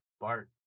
Bart